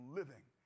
living